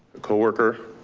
coworker,